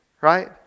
Right